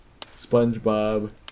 Spongebob